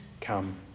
come